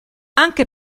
anche